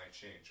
change